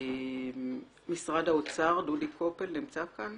דודי קופל ממשרד האוצר נמצא כאן?